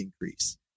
increase